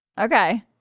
Okay